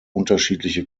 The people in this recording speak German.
unterschiedliche